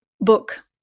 book